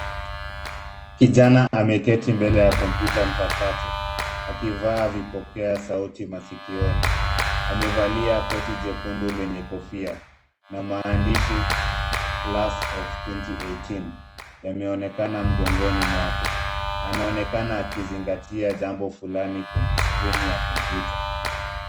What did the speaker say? Kijana ameketi mbele ya kompyuta mpakato, akivaa vipokea sauti masikioni. Amevalia koti jekundu lenye kofia, na maandishi class of twenty eighteen yameonekana mgongoni mwake. Anaonekana akizingatia jambo fulani kwenye skrini ya kompyuta.